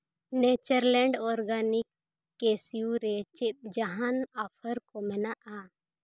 Natureland organic ᱠᱮᱥᱤᱭᱩ ᱨᱮ ᱪᱮᱫ ᱡᱟᱦᱟᱱ ᱚᱯᱷᱟᱨ ᱠᱚ ᱢᱮᱱᱟᱜᱼᱟ